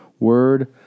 word